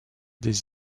des